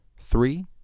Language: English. Three